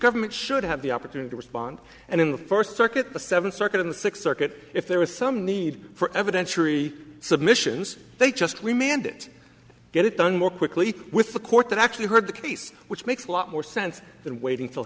government should have the opportunity to respond and in the first circuit the seventh circuit in the sixth circuit if there is some need for evidence sharee submissions they just we may end it get it done more quickly with the court that actually heard the case which makes a lot more sense than waiting f